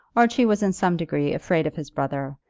archie was in some degree afraid of his brother,